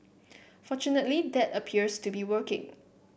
fortunately that appears to be working